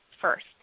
First